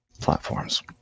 platforms